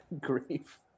Grief